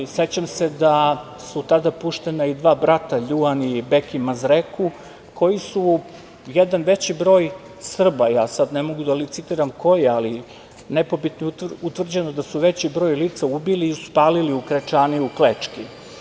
Sećam se da su tada puštena i dva brata, Ljuan i Bekim Mazreku, koji su jedan veći broj Srba, ja sad ne mogu da licitiram koji, ali nepobitno je utvrđeno da su veći broj lica ubili i da su spalili u krečani u Klečki.